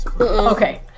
Okay